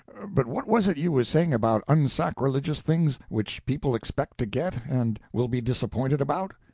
but what was it you was saying about unsacrilegious things, which people expect to get, and will be disappointed about?